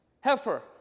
Heifer